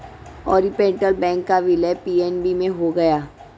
Oriental Bank का विलय PNB में हो गया है